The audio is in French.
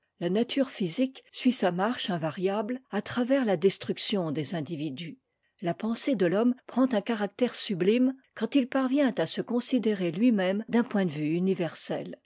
la nature physique suit sa marche invariable à travers la destruction des individus la pensée de l'homme prend un caractère sublime quand il parvient à se considérer iui même d'un point de vue